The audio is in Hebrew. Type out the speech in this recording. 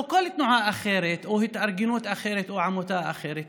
או כל תנועה אחרת או התארגנות אחרת או עמותה אחרת,